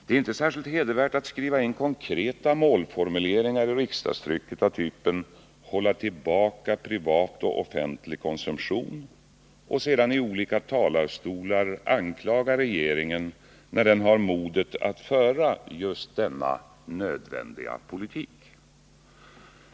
Det är inte särskilt hedervärt att skriva in konkreta målformuleringar i riksdagstrycket av typen ”hålla tillbaka privat och offentlig konsumtion” och sedan i olika talarstolar anklaga regeringen när den har modet att föra just denna nödvändiga politik.